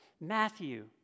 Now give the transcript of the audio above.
Matthew